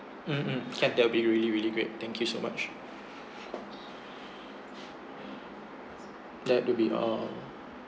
mm mm can that'll be really really great thank you so much that will be all